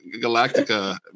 Galactica